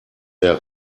der